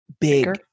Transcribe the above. big